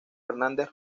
hernández